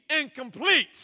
incomplete